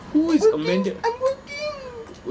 who is amanda